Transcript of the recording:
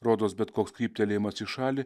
rodos bet koks kryptelėjimas į šalį